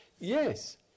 yes